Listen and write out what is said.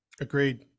Agreed